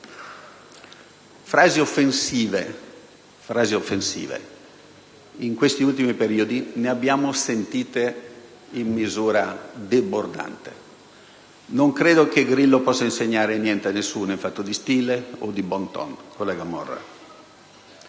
frasi offensive in questi ultimi periodi ne abbiamo sentite in misura debordante. Non credo che Grillo possa insegnare niente a nessuno in fatto di stile o di *bon ton*,